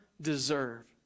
deserve